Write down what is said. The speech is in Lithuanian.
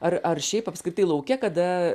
ar ar šiaip apskritai lauke kada